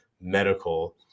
medical